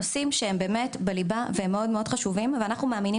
נושאים שהם באמת בליבה והם מאוד מאוד חשובים ואנחנו מאמינים